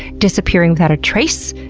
disappearing without a trace,